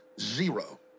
Zero